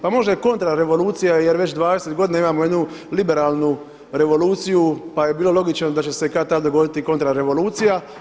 Pa možda je kontrarevolucija jer već 20 godina imamo jednu liberalnu revoluciju pa je bilo logično da će se kad-tad dogoditi kontrarevolucija.